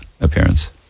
appearance